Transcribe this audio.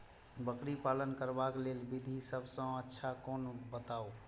बकरी पालन करबाक लेल विधि सबसँ अच्छा कोन बताउ?